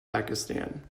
pakistan